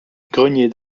grenier